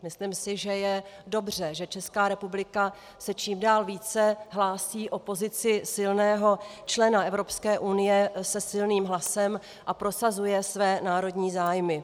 Myslím si, že je dobře, že Česká republika se čím dál více hlásí o pozici silného člena Evropské unie se silným hlasem a prosazuje své národní zájmy.